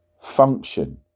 function